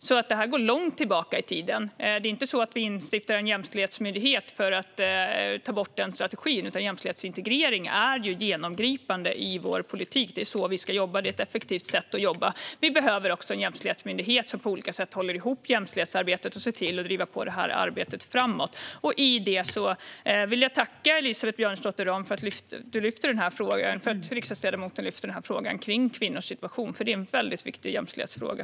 Det går alltså långt tillbaka i tiden. Vi instiftar inte en jämställdhetsmyndighet för att ta bort den strategin, utan jämställdhetsintegrering är genomgripande i vår politik. Det är så vi ska jobba. Det är ett effektivt sätt att jobba. Vi behöver också en jämställdhetsmyndighet som på olika sätt håller ihop jämställdhetsarbetet och ser till att driva det arbetet framåt. Jag vill tacka riksdagsledamot Elisabeth Björnsdotter Rahm för att hon lyfter frågan om kvinnors situation, för det är en väldigt viktig jämställdhetsfråga.